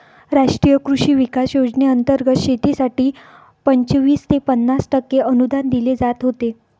राष्ट्रीय कृषी विकास योजनेंतर्गत शेतीसाठी पंचवीस ते पन्नास टक्के अनुदान दिले जात होते